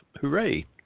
hooray